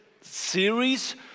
series